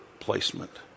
placement